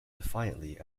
defiantly